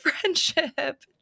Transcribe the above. friendship